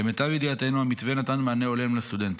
למיטב ידיעתנו, המתווה נתן מענה הולם לסטודנטים.